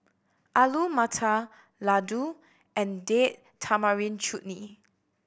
Alu Matar Ladoo and Date Tamarind Chutney